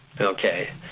okay